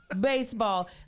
baseball